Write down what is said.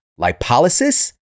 lipolysis